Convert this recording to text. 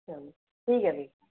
ठीक ऐ फ्ही